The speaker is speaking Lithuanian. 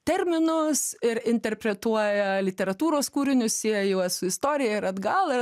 terminus ir interpretuoja literatūros kūrinius sieja juos su istorija ir atgal ir